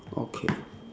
okay